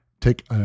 Take